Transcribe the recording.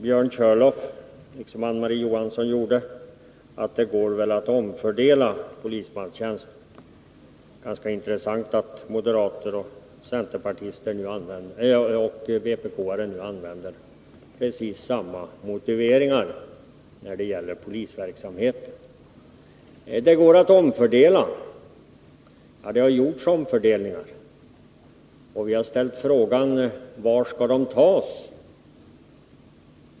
Björn Körlof sade liksom Marie-Ann Johansson: Det går väl att omfördela polismanstjänsterna. Det är intressant att moderater och vpk:are nu använder precis samma motiveringar när det gäller polisverksamheten. Det har gjorts omfördelningar. Vi har ställt frågan: Från vilken verksamhet skall polismanstjänsterna tas?